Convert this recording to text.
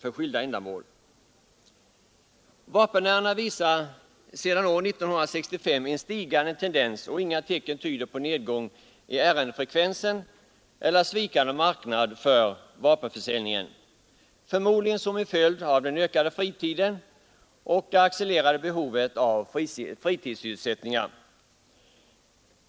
Mängden vapenärenden visar sedan år 1965 en stigande tendens, och inga tecken tyder på nedgång i ärendefrekvensen eller svikande marknad för vapenförsäljningen. Förmodligen är det en följd av den ökade fritiden och det accelererade behovet av fritidssysselsättningar.